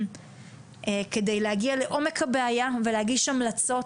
כדי להגיע לעומק הבעיה ולהגיש המלצות,